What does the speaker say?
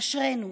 אשרינו.